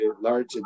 large